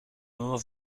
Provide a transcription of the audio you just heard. moment